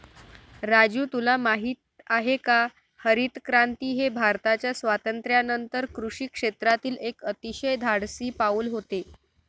राजू तुला माहित आहे का हरितक्रांती हे भारताच्या स्वातंत्र्यानंतर कृषी क्षेत्रातील एक अतिशय धाडसी पाऊल होते